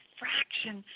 fraction